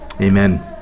Amen